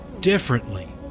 differently